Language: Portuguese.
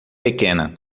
pequena